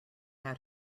out